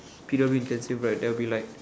P_W intensive right there will be like